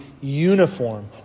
uniform